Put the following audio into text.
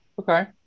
Okay